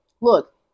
Look